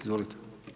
Izvolite.